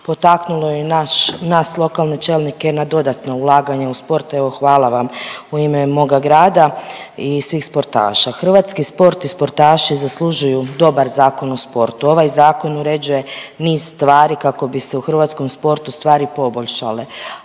poteknulo i naš, nas lokalne čelnike na dodatno ulaganje u sport, evo hvala vam u ime moga grada i svih sportaša. Hrvatski sport i sportaši zaslužuju dobar Zakon o sportu. Ovaj zakon uređuje niz stvari kako bi se u hrvatskom sportu stvari poboljšale,